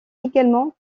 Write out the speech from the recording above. également